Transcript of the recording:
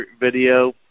video